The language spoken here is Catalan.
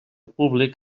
públic